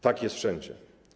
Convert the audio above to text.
Tak jest wszędzie.